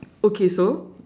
okay so